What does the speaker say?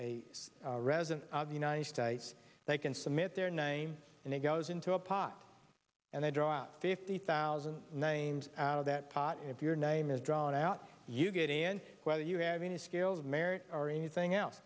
be a resident of the united states they can submit their name and it goes into a pot and they draw out fifty thousand names out of that pot and if your name is drawn out you get in whether you have any skills married or anything else